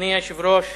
אדוני היושב-ראש,